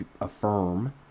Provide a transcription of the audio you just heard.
affirm